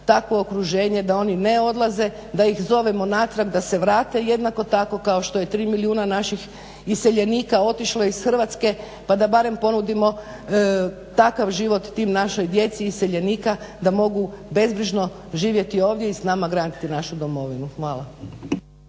takvo okruženje da oni ne odlaze, da ih zovemo natrag da se vrate jednako tako kao što je 3 milijuna naših iseljenika otišlo iz Hrvatske pa da barem ponudimo takav život toj našoj djeci iseljenika da mogu bezbrižno živjeti ovdje i s nama graditi našu domovinu. Hvala.